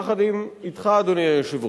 יחד אתך, אדוני היושב-ראש,